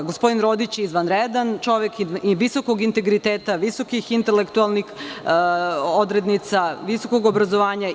Gospodin Rodić je izvanredan čovek i visokog integriteta i visokih intelektualnih odrednica, visokog obrazovanja.